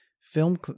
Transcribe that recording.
film